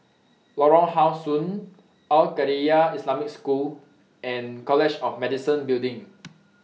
Lorong How Sun Al Khairiah Islamic School and College of Medicine Building